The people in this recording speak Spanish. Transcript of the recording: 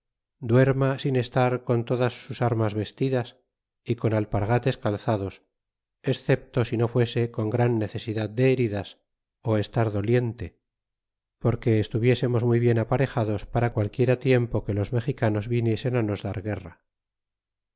duerma sin estar con todas sus armas vestidas y con alpargates calzados excepto si no fuese con gran necesidad de heridas ó estar doporque estuviésemos muy bien aparejados para qualquiera tiempo que los mexicanos viniesen á nos dar guerra